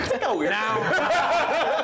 now